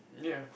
ya